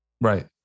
Right